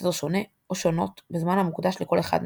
בסדר שונה, או שונות בזמן המוקדש לכל אחד מהשלבים.